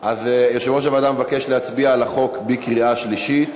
יושב-ראש הוועדה מבקש להצביע על החוק בקריאה שלישית,